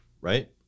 Right